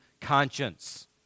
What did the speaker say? conscience